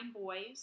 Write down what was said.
boys